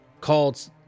Called